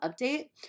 update